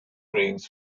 rings